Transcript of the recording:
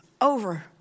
over